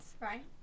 right